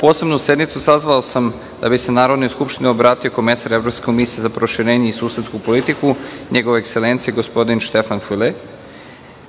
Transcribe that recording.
posebnu sednicu sazvao sam da bi se Narodnoj skupštini obratio komesar Evropske komisije za proširenje i susedsku politiku, Njegova ekselencija, gospodin Štefan File.